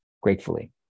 gratefully